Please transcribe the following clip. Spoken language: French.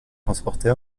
transportée